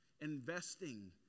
Investing